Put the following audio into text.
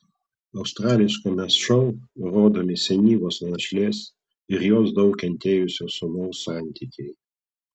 australiškame šou rodomi senyvos našlės ir jos daug kentėjusio sūnaus santykiai